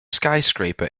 skyscraper